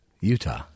Utah